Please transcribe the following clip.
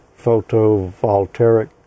photovoltaic